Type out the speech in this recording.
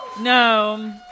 No